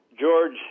George